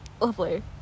Lovely